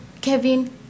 kevin